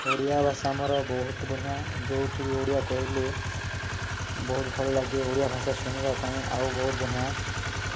ଓଡ଼ିଆ ଭାଷା ମୋର ବହୁତ ବଢ଼ିଆ ଯେଉଁଠି ଓଡ଼ିଆ କହିଲେ ବହୁତ ଭଲ ଲାଗେ ଓଡ଼ିଆ ଭାଷା ଶୁଣିବା ପାଇଁ ଆଉ ବହୁତ ବଢ଼ିଆ